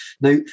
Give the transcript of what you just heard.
Now